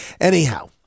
Anyhow